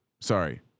sorry